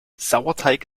sauerteig